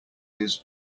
his